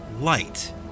Light